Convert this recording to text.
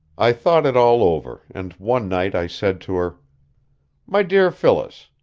i thought it all over and one night i said to her my dear phyllis,